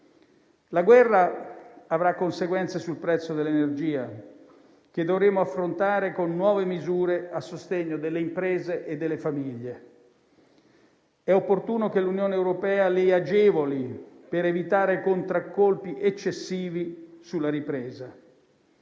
La guerra avrà conseguenze sul prezzo dell'energia che dovremo affrontare con nuove misure a sostegno delle imprese e delle famiglie. È opportuno che l'Unione europea li agevoli per evitare contraccolpi eccessivi sulla ripresa.